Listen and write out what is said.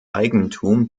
eigentum